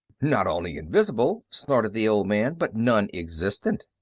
not only invisible, snorted the old man, but non-existent.